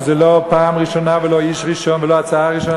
שזו לא פעם ראשונה ולא איש ראשון ולא הצעה ראשונה.